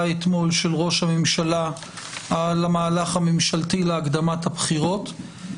אתמול של ראש הממשלה על המהלך הממשלתי להקדמת הבחירות.